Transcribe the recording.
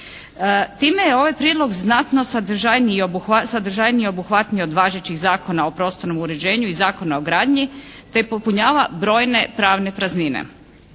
Time je ovaj prijedlog znatno sadržajniji i obuhvatniji od važećih Zakona o prostornog uređenju i Zakona o gradnji, te popunjava brojne pravne praznine.